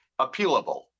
appealable